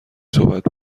صحبت